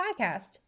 Podcast